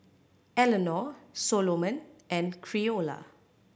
Elinor Soloman and Creola